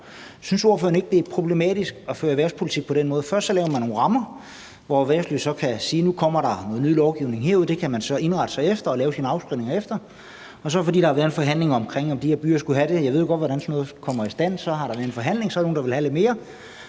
synes ordføreren ikke, at det er problematisk at føre erhvervspolitik på den måde? Først laver man nogle rammer, og erhvervslivet kan så sige, at nu kommer der noget ny lovgivning, og det kan man indrette sig efter og lave sine afskrivninger efter, og så – fordi der har været en forhandling om, om de her byer skulle have det; jeg ved jo godt, hvordan sådan noget kommer i stand; ved en forhandling er der nogle, der vil have lidt mere